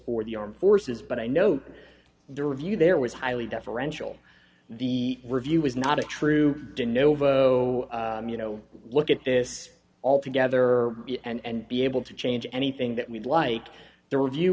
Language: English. or the armed forces but i know the review there was highly deferential the review was not a true novo you know look at this altogether and be able to change anything that we'd like the re